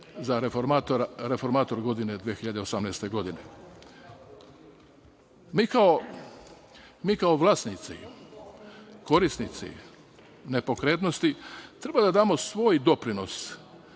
za reformatora godine 2018. godine. Mi kao vlasnici, korisnici nepokretnosti treba da damo svoj doprinos